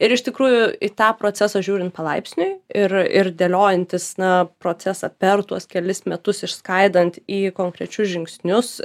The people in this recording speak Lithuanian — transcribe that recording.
ir iš tikrųjų į tą procesą žiūrint palaipsniui ir ir dėliojantis na procesą per tuos kelis metus išskaidant į konkrečius žingsnius